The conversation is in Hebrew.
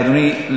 אדוני,